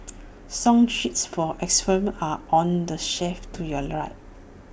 song sheets for xylophones are on the shelf to your right